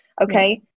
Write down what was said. Okay